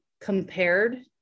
compared